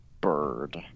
Bird